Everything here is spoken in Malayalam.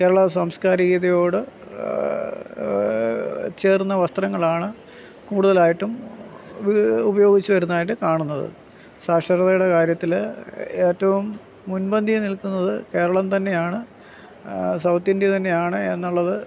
കേരള സാംസ്കാരികതയോട് ചേർന്ന വസ്ത്രങ്ങളാണ് കൂടുതലായിട്ടും ഉപയോഗിച്ചു വരുന്നതായിട്ട് കാണുന്നത് സാക്ഷരതയുടെ കാര്യത്തിൽ ഏറ്റവും മുൻപന്തിയിൽ നിൽക്കുന്നത് കേരളം തന്നെയാണ് സൗത്ത് ഇന്ത്യ തന്നെയാണ് എന്നുള്ളത്